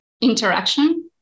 interaction